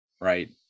right